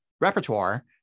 repertoire